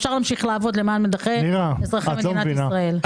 אפשר להמשיך לעבוד למען אזרחי מדינת ישראל.